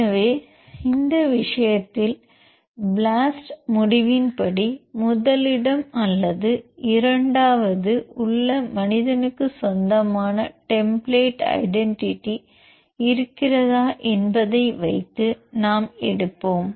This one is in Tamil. எனவே இந்த விஷயத்தில் ப்ளாஸ்ட் முடிவின் படி முதலிடம் அல்லது இரண்டாவது உள்ள மனிதனுக்கு சொந்தமான டெம்பிளேட் ஐடென்டிட்டி இருக்கிறதா என்பதை வைத்து நாம் எடுப்போம்